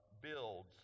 builds